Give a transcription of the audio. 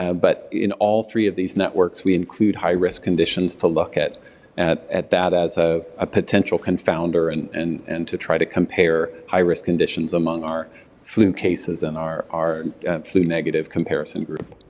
ah but in all three of these networks, we include high risk conditions to look at at that as a ah potential confounder and and and to try to compare high risk conditions among our flu cases and our our flu negative comparison group.